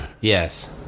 Yes